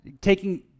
taking